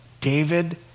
David